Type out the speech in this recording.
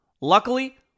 luckily